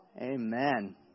Amen